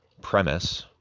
premise